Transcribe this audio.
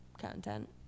content